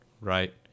right